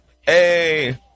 hey